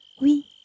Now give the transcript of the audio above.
Oui